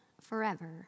forever